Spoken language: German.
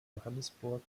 johannesburg